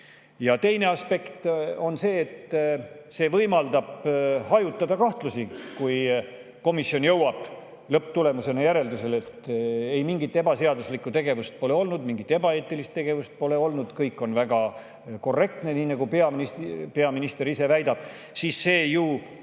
Teine aspekt on see, et see võimaldab hajutada kahtlusi. Kui komisjon jõuab lõpptulemusena järeldusele, et ei, mingit ebaseaduslikku tegevust pole olnud, mingit ebaeetilist tegevust pole olnud, kõik on väga korrektne, nii nagu peaminister ise väidab, siis see ju